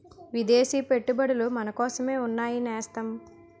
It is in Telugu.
విదేశీ పెట్టుబడులు మనకోసమే ఉన్నాయి నేస్తం